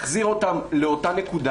החזיר אותן לאותה נקודה.